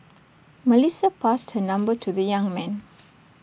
Melissa passed her number to the young man